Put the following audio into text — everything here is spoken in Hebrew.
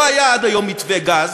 מכיוון שלא היה עד היום מתווה גז